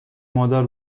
مادر